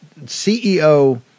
CEO